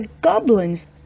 goblins